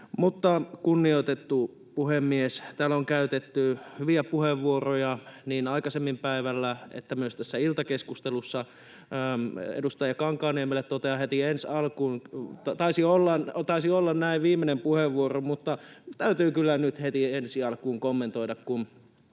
Kunnioitettu puhemies! Täällä on käytetty hyviä puheenvuoroja niin aikaisemmin päivällä kuin myös tässä iltakeskustelussa. Edustaja Kankaanniemelle totean heti ensi alkuun... [Toimi Kankaanniemi: Älä ärsytä!] — Taisi olla näin, viimeinen puheenvuoro. — Mutta täytyy kyllä nyt heti ensi alkuun kommentoida, kun